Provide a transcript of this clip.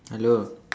hello